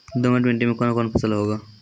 दोमट मिट्टी मे कौन कौन फसल होगा?